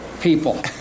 people